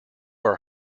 are